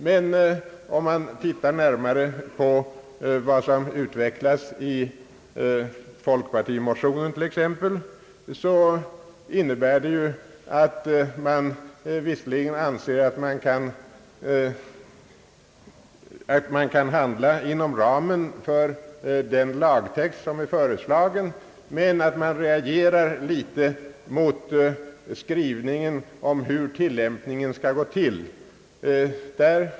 Men om vi tittar närmare på vad som utvecklas i folkpartimotionen t.ex., finner vi att motionärerna visserligen anser att man kan handla inom ramen för den lagtext som är föreslagen, men att man reagerar mot beskrivningen av hur tilllämpningen skall gå till.